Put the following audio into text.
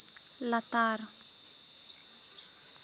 ᱞᱟᱛᱟᱨ